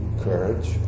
courage